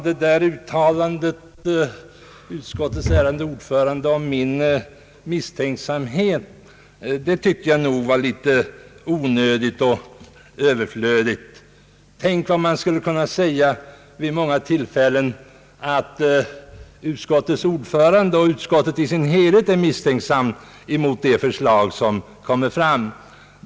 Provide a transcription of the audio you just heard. Herr talman! Utskottets ärade ordförandes uttalande om min misstänksamhet var nog litet onödigt och överflödigt. Vid många tillfällen skulle man kunna säga att utskottets ordförande och utskottet i dess helhet är misstänksamma mot förslag som förs fram.